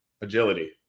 agility